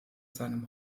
seinem